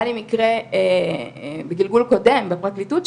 היה לי מקרה בגלגול קודם בפרקליטות,